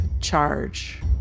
charge